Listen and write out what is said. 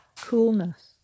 coolness